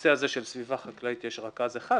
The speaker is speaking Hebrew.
בנושא הזה של סביבה חקלאית יש רכז אחד,